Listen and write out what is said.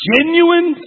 Genuine